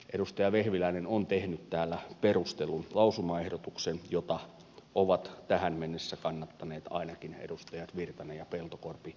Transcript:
edustaja vehviläinen on tehnyt täällä perustellun lausumaehdotuksen jota ovat tähän mennessä kannattaneet ainakin edustajat virtanen ja peltokorpi